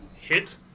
hit